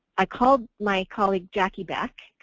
i called my colleague jackie back,